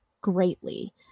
greatly